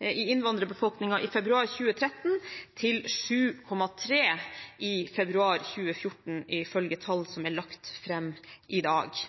i innvandrerbefolkningen i februar 2013 til 7,3 pst. i februar 2014, ifølge tall som er lagt fram i dag.